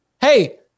Hey